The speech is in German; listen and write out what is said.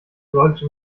sollte